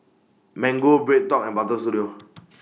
Mango BreadTalk and Butter Studio